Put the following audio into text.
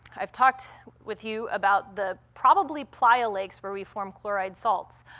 i've talked with you about the probably playa lakes where we form chloride salts.